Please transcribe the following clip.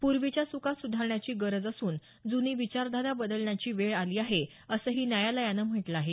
पूर्वीच्या च्का सुधारण्याची गरज असून जूनी विचारधारा बदलण्याची वेळ आली आहे असंही न्यायालयानं म्हटलं आहे